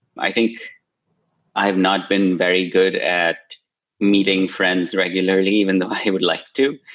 i think i have not been very good at meeting friends regularly even though i would like to.